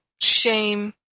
shame